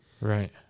right